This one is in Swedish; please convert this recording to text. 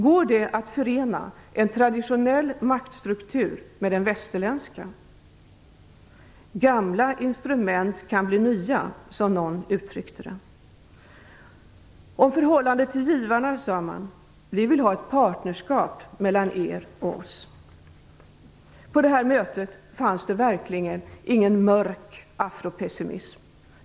Går det att förena en traditionell maktstruktur med den västerländska? Gamla instrument kan bli nya, som någon uttryckte det. Om förhållandet till givarna sade man: "Vi vill ha ett partnerskap mellan er och oss." På det här mötet fanns det verkligen ingen mörk afropessimism.